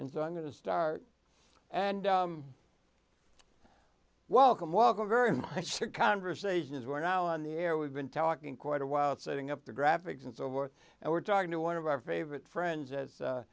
and so i'm going to start and welcome welcome very much to conversations we're now on the air we've been talking quite a while setting up the graphics and so forth and we're talking to one of our favorite friends as